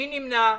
מי נמנע?